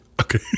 Okay